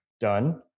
Done